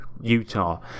Utah